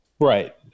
Right